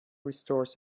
restores